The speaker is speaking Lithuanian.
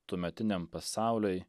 tuometiniam pasauliui